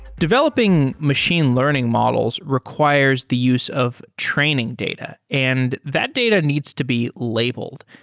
developing machine learning models requires the use of training data, and that data needs to be labeled.